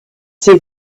see